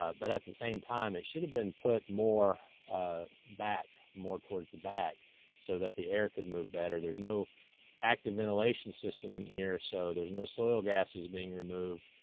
but at the same time, it should've been put more ah back, more towards the back so that the air could move better. there's no active ventilation system in here, so there's no soil gases being removed,